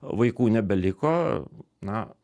vaikų nebeliko na